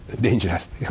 dangerous